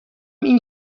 این